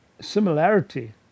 similarity